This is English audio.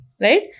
Right